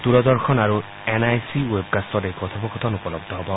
দূৰদৰ্শন আৰু N I C ৱেবকাট্টত এই কথোপকথন উপলব্ধ হ'ব